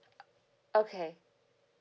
okay